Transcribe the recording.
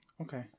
Okay